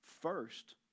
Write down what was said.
first